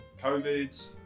COVID